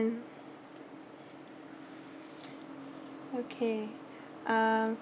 mm okay uh